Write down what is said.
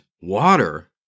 Water